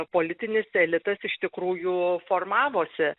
politinis elitas iš tikrųjų formavosi